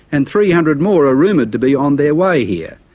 and three hundred more are rumoured to be on their way here.